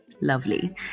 lovely